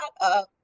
up